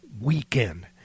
weekend